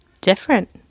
different